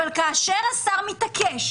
אבל כאשר השר מתעקש,